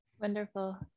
Wonderful